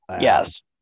Yes